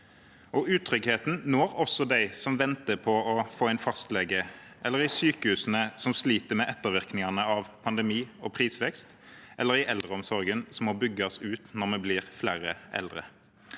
Utryggheten når også dem som venter på å få en fastlege, den merkes i sykehusene som sliter med ettervirkningene av pandemi og prisvekst, og i eldreomsorgen som må bygges ut når vi blir flere eldre.